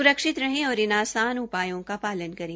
स्रक्षित रहें और इन आसान उपायों का पालन करें